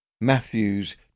Matthews